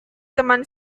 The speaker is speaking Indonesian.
teman